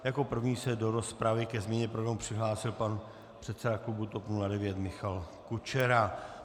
Jako první se do rozpravy ke změně programu přihlásil pan předseda klubu TOP 09 Michal Kučera.